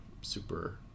super